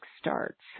starts